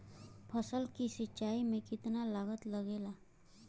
फसल की सिंचाई में कितना लागत लागेला?